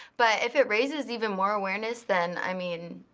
but if it raises even more awareness, then, i mean,